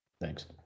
Thanks